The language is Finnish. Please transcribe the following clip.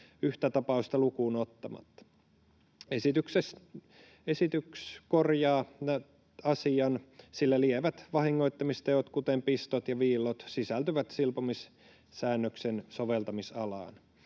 yhtä tapausta lukuun ottamatta. Esitys korjaa asian, sillä lievät vahingoittamisteot, kuten pistot ja viillot, sisältyvät silpomissäännöksen soveltamisalaan.